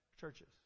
churches